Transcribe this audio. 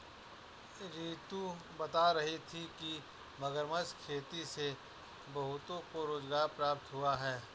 रितु बता रही थी कि मगरमच्छ खेती से बहुतों को रोजगार प्राप्त हुआ है